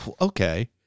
okay